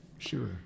Sure